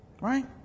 right